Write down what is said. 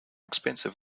expensive